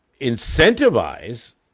incentivize